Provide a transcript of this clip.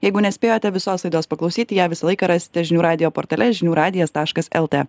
jeigu nespėjote visos laidos paklausyti ją visą laiką rasite žinių radijo portale žinių radijas taškas lt